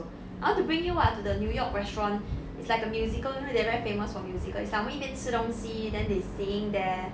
I want to bring you what to the new york restaurant it's like a musical you know they are very famous for musical it's like 我们一边吃东西 then they singing there